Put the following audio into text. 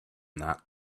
that